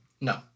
No